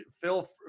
Phil